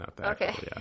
okay